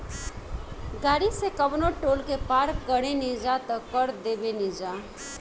गाड़ी से कवनो टोल के पार करेनिजा त कर देबेनिजा